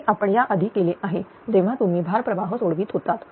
हे आपण याआधी केले आहे जेव्हा तुम्ही भार प्रवाह सोडवीत होतात